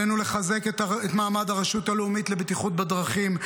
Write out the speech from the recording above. עלינו לחזק את מעמד הרשות הלאומית לבטיחות בדרכים,